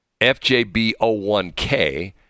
fjb01k